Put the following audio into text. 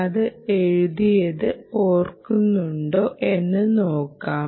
അത് എഴുതിയത് ഓർക്കുന്നുണ്ടോ എന്ന് നോക്കാം